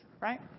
right